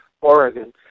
Oregon